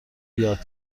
یاد